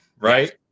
right